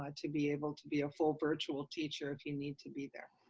ah to be able to be a full virtual teacher if you need to be there.